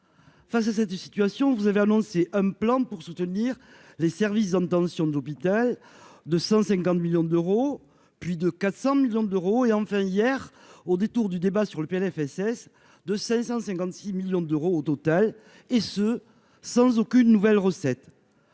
face à cette situation, vous avez annoncé un plan pour soutenir les services obtention de l'hôpital de 150 millions d'euros, puis de 400 millions d'euros et enfin hier au détour du débat sur le PLFSS de 556 millions d'euros au total, et ce sans aucune nouvelle recette